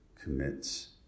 commits